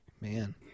man